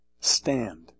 stand